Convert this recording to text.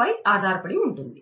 పై ఆధారపడి ఉంటుంది